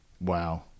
Wow